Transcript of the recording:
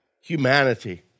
humanity